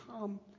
come